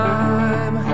time